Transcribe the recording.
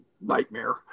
nightmare